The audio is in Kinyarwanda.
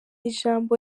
ijambo